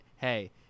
hey